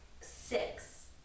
six